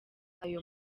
ayo